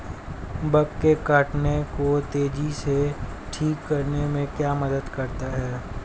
Bug के काटने को तेजी से ठीक करने में क्या मदद करता है?